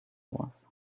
was